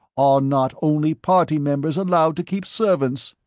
are not only party members allowed to keep servants?